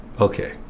okay